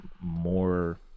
more